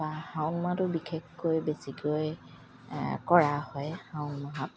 বা শাওণ মাহটো বিশেষকৈ বেছিকৈ কৰা হয় শাওণ মাহত